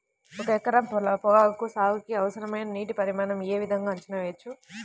ఒక ఎకరం పొగాకు సాగుకి అవసరమైన నీటి పరిమాణం యే విధంగా అంచనా వేయవచ్చు?